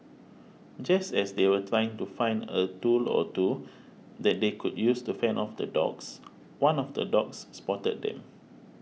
just as they were trying to find a tool or two that they could use to fend off the dogs one of the dogs spotted them